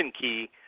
key